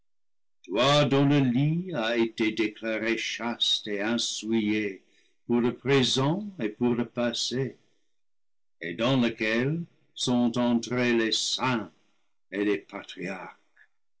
dont le lit a été déclaré chaste et insouillé pour le présent et pour le passé et dans lequel sont entrés les saints et les patriarches